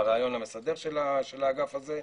בראיון המסדר של האגף הזה.